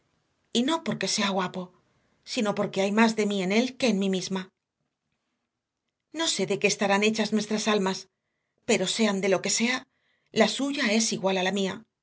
y no porque sea guapo sino porque hay más de mí en él que en mí misma no sé de qué estarán hechas nuestras almas pero sean de lo que sea la suya es igual a la mía